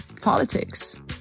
politics